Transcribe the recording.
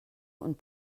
und